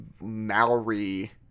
Maori